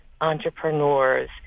entrepreneurs